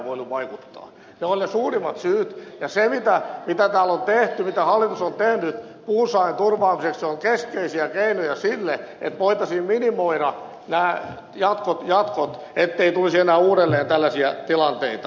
ne ovat ne suurimmat syyt ja se mitä täällä on tehty mitä hallitus on tehnyt puunsaannin turvaamiseksi on keskeisiä keinoja sille että voitaisiin minimoida nämä jatkot ettei tulisi enää uudelleen tällaisia tilanteita